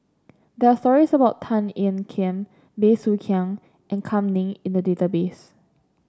there are stories about Tan Ean Kiam Bey Soo Khiang and Kam Ning in the database